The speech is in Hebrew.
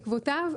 בעקבותיו,